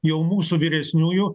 jau mūsų vyresniųjų